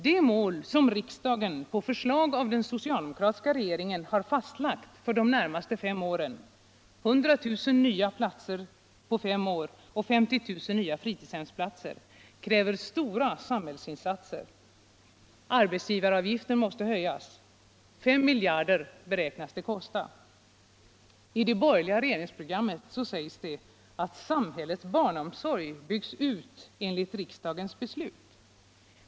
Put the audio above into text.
Det mål som riksdagen på förslag av den socialdemokratiska regeringen har fastlagt för de närmaste fem åren, 100 000 nya platser och 50 000 nya fritidshemsplatser, kräver stora samhällsinsatser. Arbetsgivaravgiften måste höjas: 5 miljarder beräknas det kosta. I det borgerliga regeringsprogrammet sägs att samhällets barnomsorg byggs ut enligt riksdagens beslut.